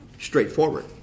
straightforward